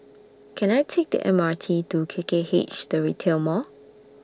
Can I Take The M R T to K K H The Retail Mall